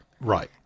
Right